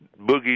boogie